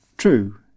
True